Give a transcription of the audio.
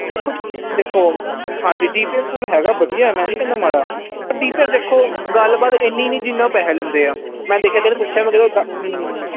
ਦੇਖੋ ਜੀ ਦੇਖੋ ਹਾਂਜੀ ਡੀ ਪੀ ਐਸ ਸਕੂਲ ਹੈਗਾ ਵਧੀਆ ਮੈਂ ਨਹੀਂ ਕਹਿੰਦਾ ਮਾੜਾ ਡੀ ਪੀ ਐਸ ਦੇਖੋ ਗੱਲਬਾਤ ਇੰਨੀ ਨਹੀਂ ਜਿੰਨਾ ਉਹ ਪੈਸਾ ਲੈਂਦੇ ਆ ਮੈਂ ਦੇਖਿਆ ਕਦੇ ਪੁੱਛਿਆ ਮੈਂ ਕਦੇ